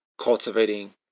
cultivating